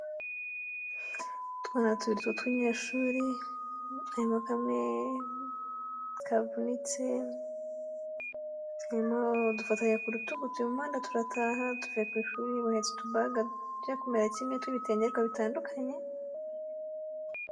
Utwana tubiri tw'utunyeshuri, harimo kamwe kavunitse, turimo dufatanye ku rutugu turi mu muhanda turataha tuvuye ku ishuri, bahetse utubaga tujya kumera kimwe tw'ibitienge ariko bitandukanye.